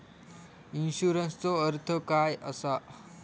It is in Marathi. इन्शुरन्सचो अर्थ काय असा?